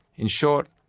in short,